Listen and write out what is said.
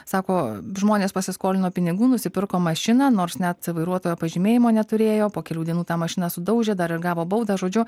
sako žmonės pasiskolino pinigų nusipirko mašiną nors net vairuotojo pažymėjimo neturėjo po kelių dienų tą mašiną sudaužė dar ir gavo baudą žodžiu